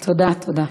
תודה, תודה.